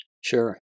Sure